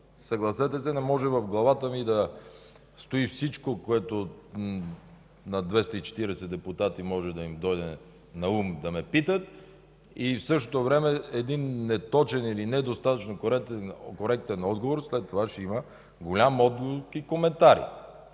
Съгласете се, не може в главата ми да стои всичко, което на 240 депутати може да им дойде наум да ме питат, и в същото време при един неточен или недостатъчно коректен отговор след това ще има голям отзвук и коментари.